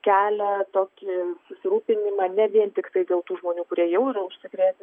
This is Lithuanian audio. kelia tokį susirūpinimą ne vien tiktai dėl tų žmonių kurie jau yra užsikrėtę